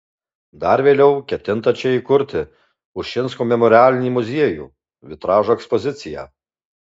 dar vėliau ketinta čia įkurti ušinsko memorialinį muziejų vitražo ekspoziciją